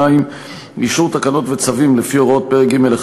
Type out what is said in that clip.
2. אישור תקנות וצווים לפי הוראות פרק ג'1